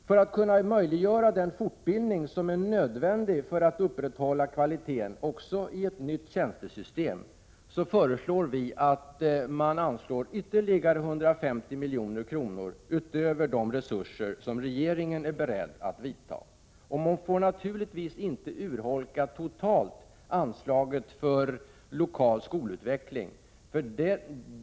För att kunna möjliggöra den fortbildning som är nödvändig för att upprätthålla kvaliteten också i ett nytt tjänstesystem föreslår vi att man anslår ytterligare 150 milj.kr. utöver de resurser som regeringen är beredd att anslå. Anslaget för lokal skolutveckling får naturligtvis inte urholkas totalt.